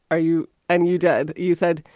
are you? and you did? you said,